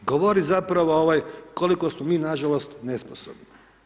Govori zapravo, koliko smo mi, na žalost nesposobni.